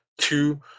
Two